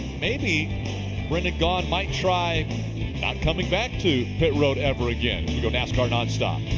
maybe brendan gaughan might try not coming back to pit road ever again. we go nascar nonstop.